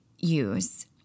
use